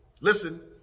Listen